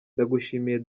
ndagushimiye